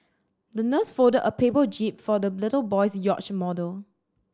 the nurse folded a paper jib for the little boy's yacht model